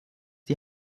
die